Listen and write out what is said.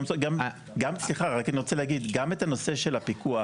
גם סליחה אני רוצה להגיד גם את הנושא של הפיקוח